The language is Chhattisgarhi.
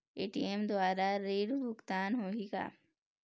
ए.टी.एम द्वारा ऋण भुगतान होही का?